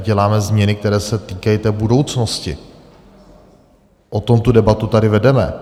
Děláme změny, které se týkají budoucnosti, o tom tu debatu tady vedeme.